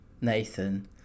Nathan